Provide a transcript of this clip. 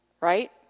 Right